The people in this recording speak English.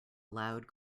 loud